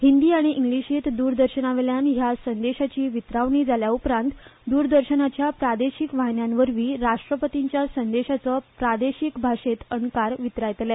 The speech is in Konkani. हिंदी आनी इंग्लिशींत द्रदर्शनावेल्यान ह्या संदेशाची वितरावणी जाल्या उपरांत दूरदर्शनाच्या प्रादेशीक वाहिन्यांवरवीं राष्ट्रपतींच्या संदेशाचो प्रादेशीक भाशेंत अणकार वितरायतले